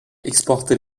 exporter